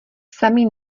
sami